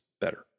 better